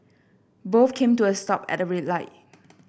both came to a stop at a red light